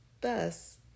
Thus